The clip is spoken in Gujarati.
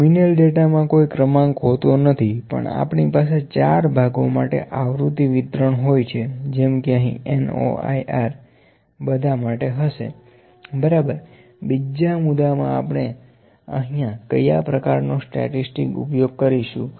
નોમીનલ ડેટા મા કોઈ ક્રમાંક હોતો નથી પણ આપણી પાસે ચાર ભાગો માટે આવૃત્તિ વિતરણ હોય છે જેમ કે અહી N O I R બધા માટે હશે બરાબરબીજા મુદ્દામાં આપણે અહીંયા ક્યાં પ્રકારનો સ્ટેટસ્ટીક ઉપયોગ કરીશુ